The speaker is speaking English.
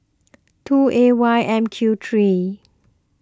two A Y M Q three